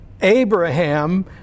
Abraham